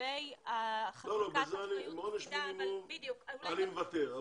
על עונש מינימום, אני מוותר.